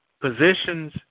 positions